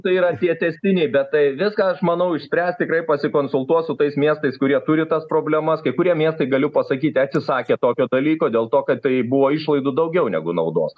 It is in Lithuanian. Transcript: tai yra tie tęstiniai bet tai viską aš manau išspręs tikrai pasikonsultuos su tais miestais kurie turi tas problemas kai kurie miestai galiu pasakyti atsisakė tokio dalyko dėl to kad tai buvo išlaidų daugiau negu naudos